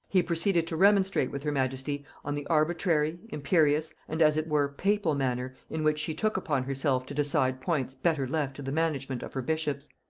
he proceeded to remonstrate with her majesty on the arbitrary, imperious, and as it were papal manner, in which she took upon herself to decide points better left to the management of her bishops.